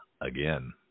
again